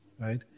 right